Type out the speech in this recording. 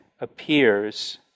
appears